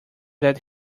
that